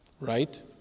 right